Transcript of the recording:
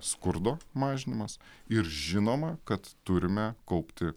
skurdo mažinimas ir žinoma kad turime kaupti